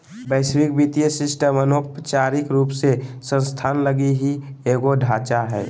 वैश्विक वित्तीय सिस्टम अनौपचारिक रूप से संस्थान लगी ही एगो ढांचा हय